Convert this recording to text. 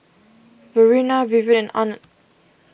Verena Vivien and Arnett